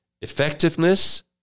effectiveness